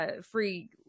free